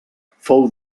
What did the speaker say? fou